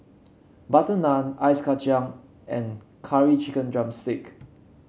butter naan Ice Kacang and Curry Chicken drumstick